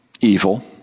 Evil